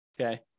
okay